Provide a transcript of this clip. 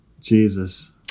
Jesus